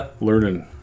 learning